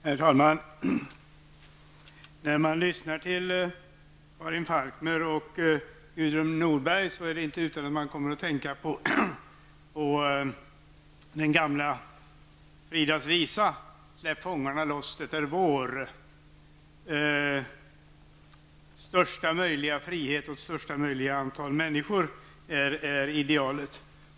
Herr talman! När jag lyssnar till Karin Falkmer och Gudrun Norberg kan jag inte undgå att tänka på den gamla Fridas visa: Släpp fångarne loss, det är vår. Största möjliga frihet åt största möjliga antal människor är idealet.